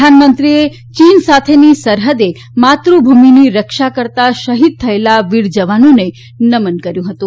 પ્રધાનમંત્રીએ ચીન સાથેની સરહદે માતૃભૂમિની રક્ષા કરતાં શહીદ થયેલા વીર જવાનોને નમન કર્યું હતું